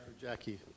Jackie